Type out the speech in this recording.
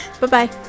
Bye-bye